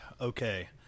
Okay